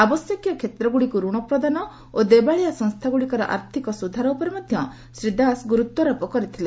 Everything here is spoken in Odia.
ଆବଶ୍ୟକୀୟ କ୍ଷେତ୍ରଗୁଡିକୁ ରଣ ପ୍ରଦାନ ଓ ଦେବାଳିଆ ସଂସ୍ଥାଗୁଡ଼ିକର ଆର୍ଥିକ ସୁଧାର ଉପରେ ସେ ଗୁରୁତ୍ୱାରୋପ କରିଥିଲେ